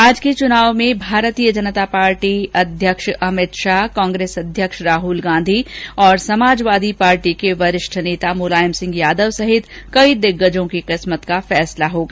आज के चुनाव में भारतीय जनता पार्टी अध्यक्ष भाजपा अमित शाह कांग्रेस अध्यक्ष राहुल गांधी और समाजवादी पार्टी के वरिष्ठ नेता मुलायम सिंह यादव सहित कई दिग्गजों की किस्मत का फैसला होगा